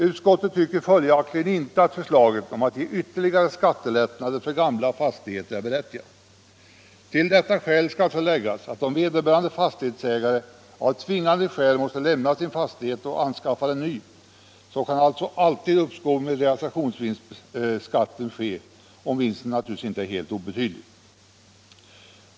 Utskottet tycker följaktligen inte att förslaget om att ge ytterligare skattelättnader för gamla fastigheter är berättigat. Till detta skall så läggas att om vederbörande fastighetsägare av tvingande skäl måste lämna sin fastighet och anskaffar en ny, så kan alltså uppskov med realisationsvinstskatten ske, om vinsten inte är helt obetydlig.